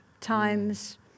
times